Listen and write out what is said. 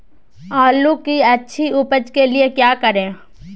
आलू की अच्छी उपज के लिए क्या करें?